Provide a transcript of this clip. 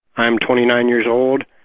i'm twenty nine years old,